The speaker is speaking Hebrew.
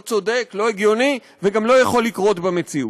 לא צודק, לא הגיוני וגם לא יכול לקרות במציאות.